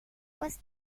was